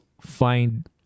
find